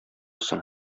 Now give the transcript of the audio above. соң